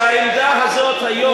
שהעמדה הזאת היום,